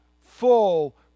full